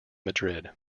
madrid